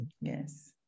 Yes